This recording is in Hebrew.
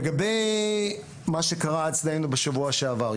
לגבי מה שקרה אצלנו בשבוע שעבר,